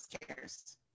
cares